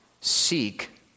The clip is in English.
seek